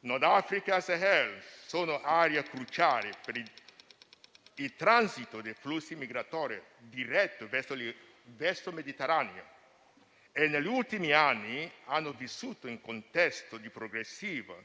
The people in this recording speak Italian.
Nord Africa e Sahel sono aree cruciali per il transito dei flussi migratori diretti verso il Mediterraneo e negli ultimi anni hanno vissuto un contesto di progressivo